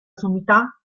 sommità